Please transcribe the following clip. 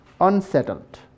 unsettled